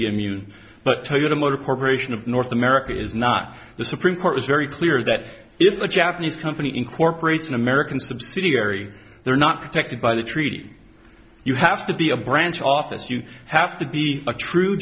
be immune but toyota motor corporation of north america is not the supreme court was very clear that if a japanese company incorporates an american subsidiary they're not protected by the treaty you have to be a branch office you have to be a true